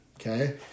okay